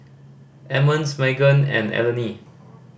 Emmons Magan and Eleni